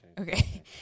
okay